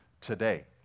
today